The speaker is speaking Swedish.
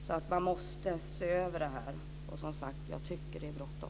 Det här måste alltså ses över. Och, som sagt, jag tycker att det är bråttom.